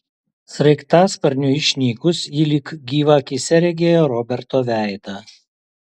sraigtasparniui išnykus ji lyg gyvą akyse regėjo roberto veidą